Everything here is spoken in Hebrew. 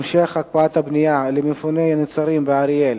המשך הקפאת הבנייה למפוני נצרים ואריאל,